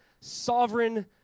sovereign